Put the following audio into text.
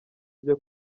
bye